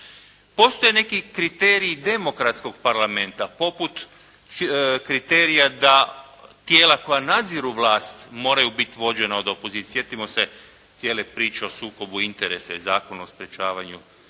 Postoje neki kriteriji demokratskog parlamenta poput kriterija da tijela koja nadziru vlast moraju biti vođena od opozicije. Sjetimo se cijele priče o sukobu interesa i Zakona o sprječavanju